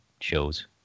shows